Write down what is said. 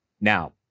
Now